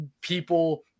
people